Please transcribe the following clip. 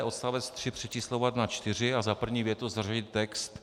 c) Odstavec 3 přečíslovat na 4 a za první větu zařadit text: